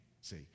See